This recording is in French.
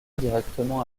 directement